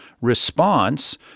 response